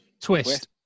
twist